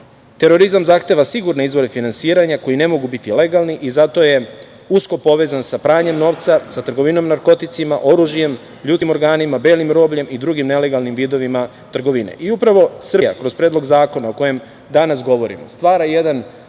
ciljeva. Terorizam zahteva sigurne izvore finansiranja koji ne mogu biti legalni i zato je usko povezan sa pranjem novca, sa trgovinom narkoticima, oružjem, ljudskim organima, belim robljem i drugim nelegalnim vidovima trgovine. Upravo Srbija kroz Predlog zakona o kojem danas govorimo, stvara jedan